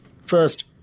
First